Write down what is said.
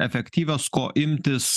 efektyvios ko imtis